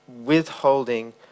withholding